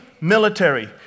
military